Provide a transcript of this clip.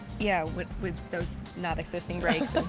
yeah with with those not-existing brakes